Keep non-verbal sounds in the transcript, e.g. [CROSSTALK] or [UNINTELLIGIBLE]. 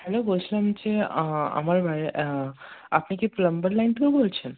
hello বলছিলাম যে [UNINTELLIGIBLE] আমার বাড়ি [UNINTELLIGIBLE] আপনি কি প্লাম্বার লাইন থেকে বলছেন